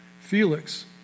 Felix